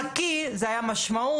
אבל המשמעות של נקי זה המשמעות,